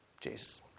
Jesus